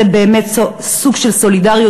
זה באמת סוג של סולידריות,